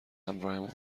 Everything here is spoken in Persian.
همراهمون